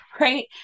right